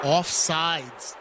Offsides